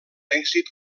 èxit